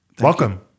Welcome